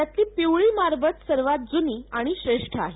यातली पिवळी मारवत सर्वात जुनी आणि श्रेष्ठ आहेत